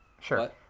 Sure